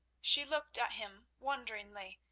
she looked at him wonderingly,